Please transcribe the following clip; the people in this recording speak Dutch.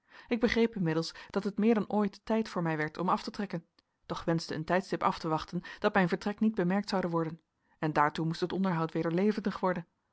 ik begreep inmiddels dat het meer dan ooit tijd voor mij werd om af te trekken doch wenschte een tijdstip af te wachten dat mijn vertrek niet bemerkt zoude worden en daartoe moest het onderhoud weder levendig worden